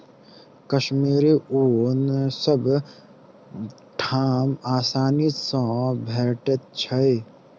कश्मीरी ऊन सब ठाम आसानी सँ भेटैत छै